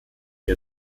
ihr